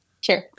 Sure